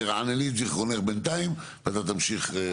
תרענני את זיכרונך בינתיים, ואתה תמשיך.